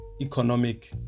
economic